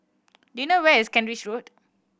do you know where is Kent Ridge Road